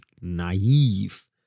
naive